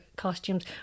costumes